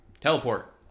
teleport